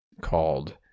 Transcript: called